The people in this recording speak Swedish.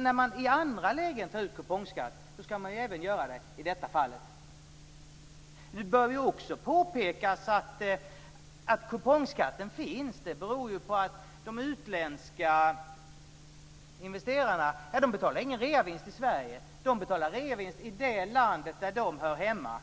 När man i andra lägen tar ut kupongskatt ska man ju även göra det i detta fall. Det bör också påpekas att kupongskatten finns, eftersom de utländska investerarna inte betalar någon reavinstskatt i Sverige. De betalar skatt på reavinsten i det land där de hör hemma.